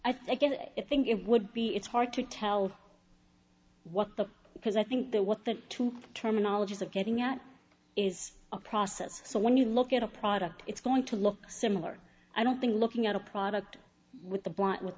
i think it would be it's hard to tell what the because i think that what the two terminologies are getting at is a process so when you look at a product it's going to look similar i don't thing looking at a product with the